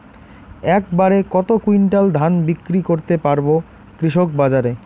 এক বাড়ে কত কুইন্টাল ধান বিক্রি করতে পারবো কৃষক বাজারে?